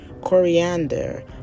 Coriander